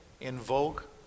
Invoke